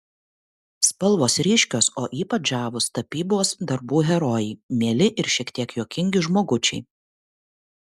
spalvos ryškios o ypač žavūs tapybos darbų herojai mieli ir šiek tiek juokingi žmogučiai